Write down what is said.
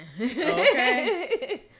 Okay